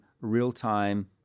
real-time